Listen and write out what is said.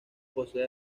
posee